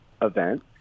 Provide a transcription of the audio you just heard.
event